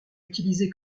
utilisé